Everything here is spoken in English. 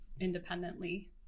independently